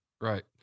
right